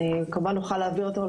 אני כמובן אוכל להעביר אותו,